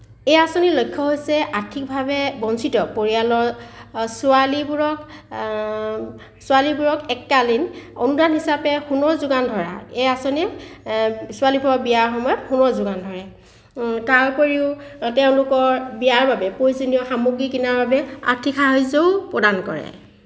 এই আঁচনিৰ লক্ষ্য হৈছে আৰ্থিকভাৱে বঞ্চিত পৰিয়ালৰ ছোৱালীবোৰক ছোৱালীবোৰক এককালীন অনুদান হিচাপে সোণৰ যোগান ধৰা এই আঁচনিয়ে ছোৱালীবোৰৰ বিয়াৰ সময়ত সোণৰ যোগান ধৰে তাৰ উপৰিও তেওঁলোকৰ বিয়াৰ বাবে প্ৰয়োজনীয় সামগ্ৰী কিনাৰ বাবে আৰ্থিক সাহাৰ্য্যও প্ৰদান কৰে